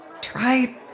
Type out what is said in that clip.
try